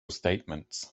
statements